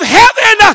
heaven